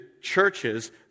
churches